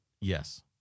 Yes